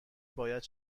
باید